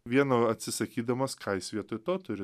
vieno atsisakydamas ką jis vietoj to turi